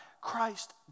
Christ